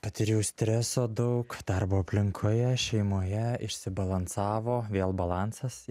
patyriau streso daug darbo aplinkoje šeimoje išsibalansavo vėl balansas